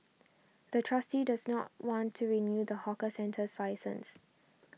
the trustee does not want to renew the hawker centre's license